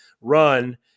run